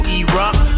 erupt